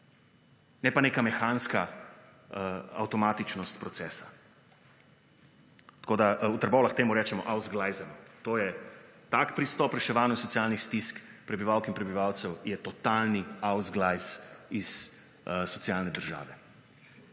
Ne pa neka mehanska, avtomatičnost procesa. Tako da, v Trbovljah temu rečemo »ausglajzano«. To je tak pristop reševanja socialnih stisk prebivalk in prebivalcev je totalni »ausglajz« iz socialne države,